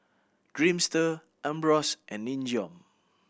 Dreamster Ambros and Nin Jiom